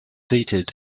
seated